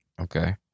okay